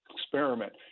experiment